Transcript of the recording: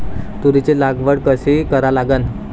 तुरीची लागवड कशी करा लागन?